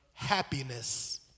happiness